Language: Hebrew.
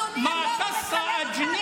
מה הוא אומר?